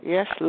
Yes